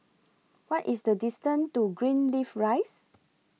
What IS The distance to Greenleaf Rise